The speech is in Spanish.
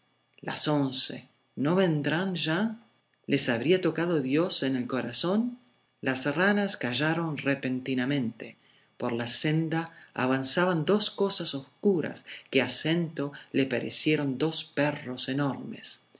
las once no vendrían ya les habría tocado dios en el corazón las ranas callaron repentinamente por la senda avanzaban dos cosas oscuras que a snto le parecieron dos perros enormes